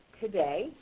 today